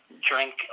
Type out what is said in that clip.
drink